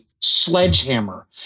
sledgehammer